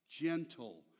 gentle